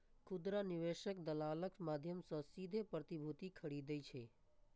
खुदरा निवेशक दलालक माध्यम सं सीधे प्रतिभूति खरीदै छै